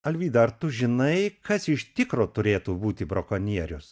alvyda ar tu žinai kas iš tikro turėtų būti brakonierius